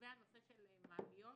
לגבי מעליות,